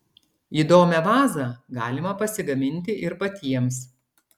įdomią vazą galima pasigaminti ir patiems